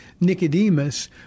Nicodemus